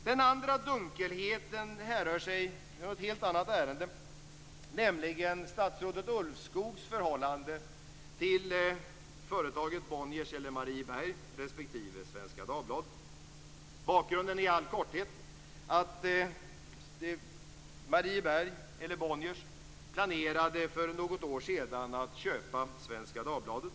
Den andra dunkelheten härrör sig från ett helt annat ärende, nämligen statsrådet Ulvskogs förhållande till företaget Bonniers eller Marieberg, respektive Svenska Dagbladet. Bakgrunden är i all korthet att Marieberg eller Bonniers för något år sedan planerade att köpa Svenska Dagbladet.